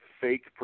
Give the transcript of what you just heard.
fake